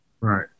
Right